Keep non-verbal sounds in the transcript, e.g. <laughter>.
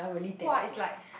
!wah! it's like <breath>